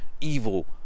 evil